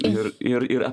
ir ir ir